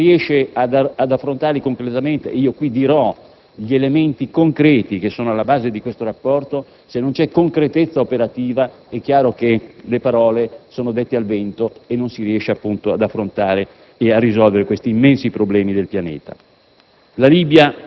perché se non si riesce a farlo (e io qui dirò quali elementi sono alla base di questo rapporto), se non c'è concretezza operativa, è chiaro che le parole sono dette al vento e non si riesce, appunto, a risolvere questi immensi problemi del pianeta.